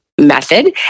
method